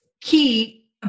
key